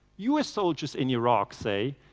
us soldiers in iraq say,